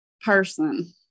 person